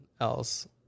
else